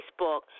Facebook